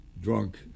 drunk